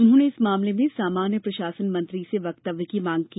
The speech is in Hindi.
उन्होंने इस मामले में सामान्य प्रसाशन मंत्री से वक्तव्य की मांग की